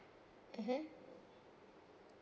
(uh huh)